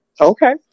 Okay